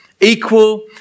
equal